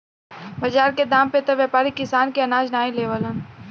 बाजार के दाम पे त व्यापारी किसान के अनाज नाहीं लेवलन